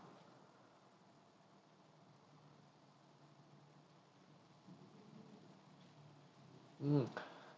mm